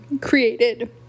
created